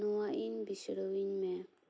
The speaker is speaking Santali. ᱱᱚᱣᱟ ᱤᱧ ᱵᱤᱥᱲᱤᱭᱟᱹᱧ ᱢᱮ